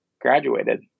graduated